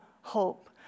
hope